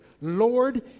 Lord